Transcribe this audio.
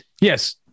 yes